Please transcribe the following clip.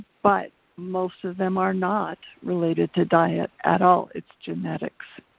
but most of them are not related to diet at all. it's genetics.